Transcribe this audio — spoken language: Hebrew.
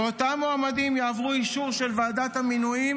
ואותם המועמדים יעברו אישור של ועדת המינויים